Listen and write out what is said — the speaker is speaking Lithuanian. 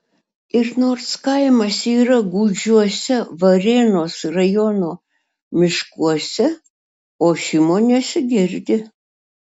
ir nors kaimas yra gūdžiuose varėnos rajono miškuose ošimo nesigirdi